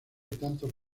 tantos